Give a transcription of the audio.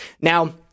Now